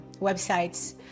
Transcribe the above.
websites